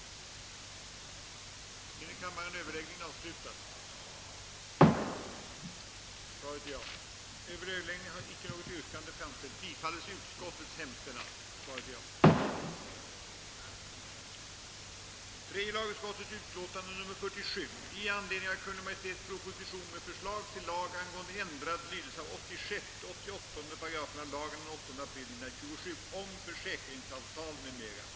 ran som tillkomme staten på grund av sådant lån.